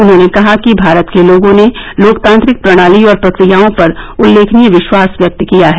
उन्होंने कहा कि भारत के लोगों ने लोकतांत्रिक प्रणाली और प्रक्रियाओं पर उल्लेखनीय विश्वास व्यक्त किया है